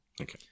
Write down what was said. Okay